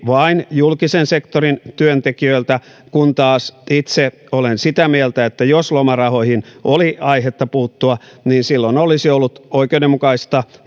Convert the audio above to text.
vain julkisen sektorin työntekijöiltä kun taas itse olen sitä mieltä että jos lomarahoihin oli aihetta puuttua niin silloin olisi ollut oikeudenmukaista